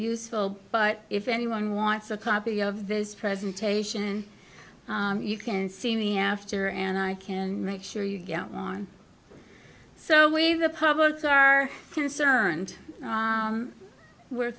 useful but if anyone wants a copy of this presentation you can see me after and i can make sure you get on so we republicans are concerned we're